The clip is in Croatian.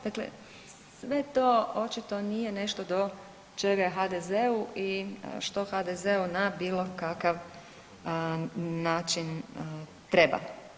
Dakle, sve to očito nije nešto do čega je HDZ-u i što HDZ na bilo kakav način treba.